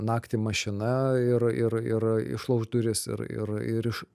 naktį mašina ir ir ir išlauš duris ir ir ir iš